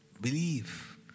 Believe